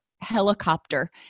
helicopter